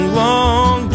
long